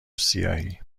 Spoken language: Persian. سیاهی